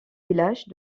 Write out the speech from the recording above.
village